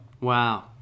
wow